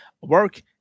work